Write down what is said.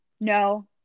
No